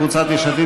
יצחק הרצוג,